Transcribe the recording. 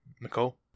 Nicole